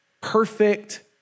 perfect